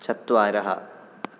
चत्वारः